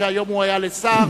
שהיום הוא היה לשר,